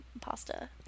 pasta